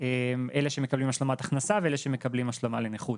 הם אלה שמקבלים השלמת הכנסה ואלה שמקבלים השלמה לנכות,